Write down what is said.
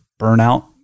burnout